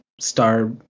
star